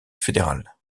fédéral